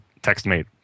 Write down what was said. Textmate